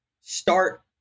start